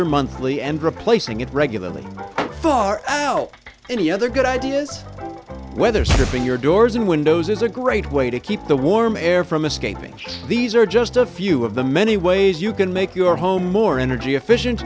filter monthly and replacing it regularly for al any other good ideas weatherstripping your doors and windows is a great way to keep the warm air from escaping these are just a few of the many ways you can make your home more energy efficient